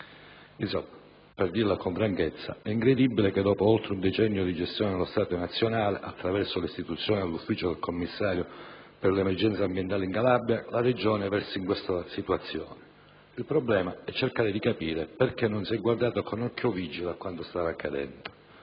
per dirla con franchezza, è incredibile che, dopo oltre un decennio di gestione dello Stato nazionale, attraverso l'istituzione dell'ufficio del commissario per l'emergenza ambientale in Calabria, la Regione versi in questa situazione. Il problema è cercare di capire perché non si sia guardato con occhio vigile a quanto stava accadendo.